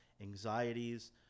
anxieties